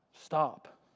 Stop